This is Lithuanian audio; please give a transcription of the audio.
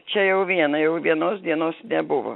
čia jau viena jau vienos dienos nebuvo